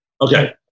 okay